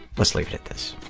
let's leave it at this.